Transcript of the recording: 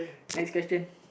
next question